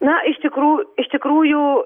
na iš tikrų iš tikrųjų